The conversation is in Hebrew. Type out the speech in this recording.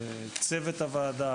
צוות הוועדה,